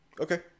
okay